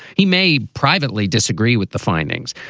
he may privately disagree with the findings,